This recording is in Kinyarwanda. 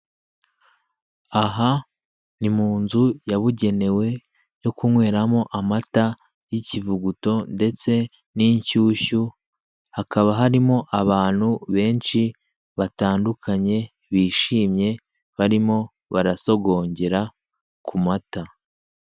Aha ni munzu yabugenewe yo kunkweramo amata y'ikivuguto ndetse n'inshyushyu hakaba harimo abantu benshi batandukanye bishimye barimo barasogongera kumata.